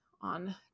on